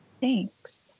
Thanks